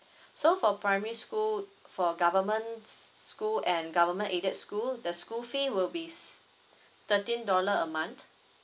so for primary school for government school and government aided school the school fee will be s~ thirteen dollar a month